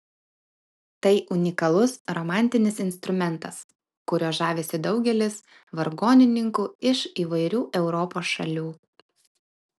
tai unikalus romantinis instrumentas kuriuo žavisi daugelis vargonininkų iš įvairių europos šalių